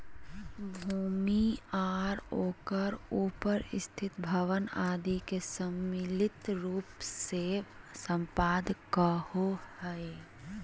भूमि आर ओकर उपर स्थित भवन आदि के सम्मिलित रूप से सम्पदा कहो हइ